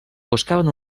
buscaven